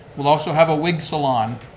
we'll also have a wig salon,